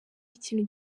ikintu